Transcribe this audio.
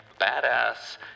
badass